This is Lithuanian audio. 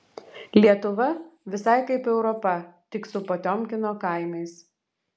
lietuva visai kaip europa tik su potiomkino kaimais